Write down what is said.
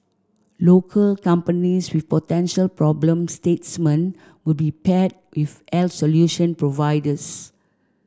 local companies with potential problem statement will be paired with solution providers